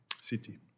City